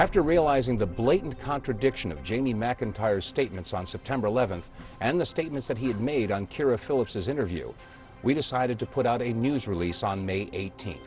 after realizing the blatant contradiction of jamie mcintyre's statements on september eleventh and the statements that he had made on kara phillips's interview we decided to put out a news release on may eighteen